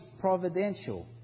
providential